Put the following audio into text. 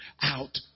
out